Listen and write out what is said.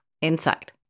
inside